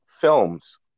films